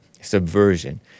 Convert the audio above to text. Subversion